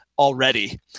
already